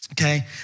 okay